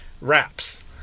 wraps